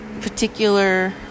particular